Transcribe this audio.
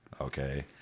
Okay